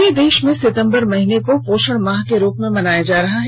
पूरे देश मे सितंबर माह को पोषण माह के रूप में मनाया जा रहा है